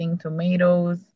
tomatoes